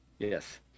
Yes